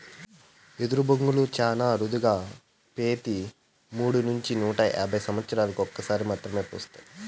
ఎదరు బొంగులు చానా అరుదుగా పెతి మూడు నుంచి నూట యాభై సమత్సరాలకు ఒక సారి మాత్రమే పూస్తాయి